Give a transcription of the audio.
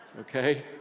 Okay